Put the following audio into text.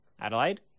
Adelaide